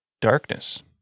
darkness